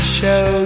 show